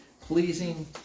pleasing